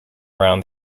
around